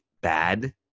bad